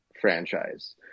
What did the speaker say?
franchise